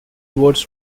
words